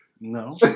No